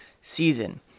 season